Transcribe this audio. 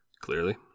Clearly